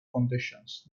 conditions